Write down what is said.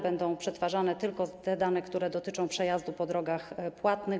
Będą przetwarzane tylko te dane, które dotyczą przejazdu po drogach płatnych.